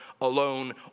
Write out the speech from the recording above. alone